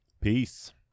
Peace